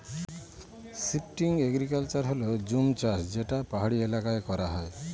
shifting agriculture হল জুম চাষ যেটা পাহাড়ি এলাকায় করা হয়